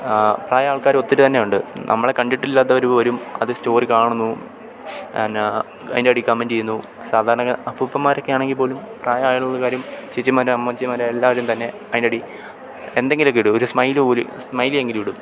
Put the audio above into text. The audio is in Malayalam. പ്രായ ആൾക്കാർ ഒത്തിരി തന്നെ ഉണ്ട് നമ്മളെ കണ്ടിട്ടില്ലാത്തവർ പോലും അത് സ്റ്റോറി കാണുന്നു എന്നാ അതിൻ്റെ അടിയിൽ കമൻ്റ് ചെയ്യുന്നു സാധാരണകാ അപ്പുപ്പന്മാരൊക്കെ ആണെങ്കിൽ പോലും പ്രായം ആയുള്ളൊരു കാര്യം ചേച്ചിമാർ അമ്മച്ചിമാർ എല്ലാവരും തന്നെ അതിൻ്റെ അടിയിൽ എന്തെങ്കിലും ഒക്കെ ഇടും ഒരു സ്മൈൽ പോലെ സ്മൈലി എങ്കിലും ഇടും